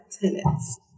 tenants